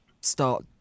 start